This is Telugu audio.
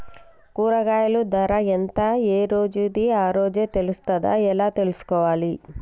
కూరగాయలు ధర ఎంత ఏ రోజుది ఆ రోజే తెలుస్తదా ఎలా తెలుసుకోవాలి?